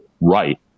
right